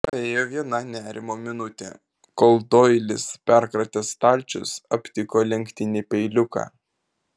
praėjo viena nerimo minutė kol doilis perkratęs stalčius aptiko lenktinį peiliuką